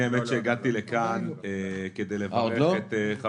האמת שהגעתי לכן כדי לברך את חבר הכנסת -- עוד לא סגן שר?